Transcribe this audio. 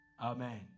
Amen